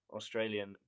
Australian